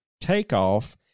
takeoff